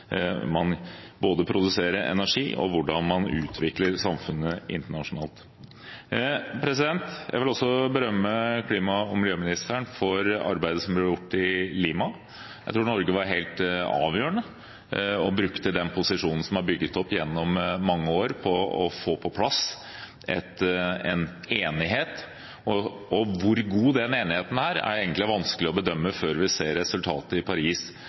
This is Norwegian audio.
man produserer energi og hvordan man utvikler samfunnet internasjonalt. Jeg vil også berømme klima- og miljøministeren for arbeidet som ble gjort i Lima. Jeg tror Norge var helt avgjørende og brukte den posisjonen som er bygget opp gjennom mange år, på å få på plass en enighet. Hvor god den enigheten er, er egentlig vanskelig å bedømme før vi ser resultatet i Paris